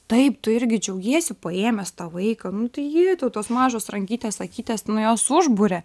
taip tu irgi džiaugiesi paėmęs tą vaiką jetau tos mažos rankytės akytės nu jos užburia